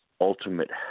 ultimate